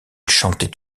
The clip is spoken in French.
chantait